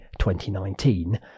2019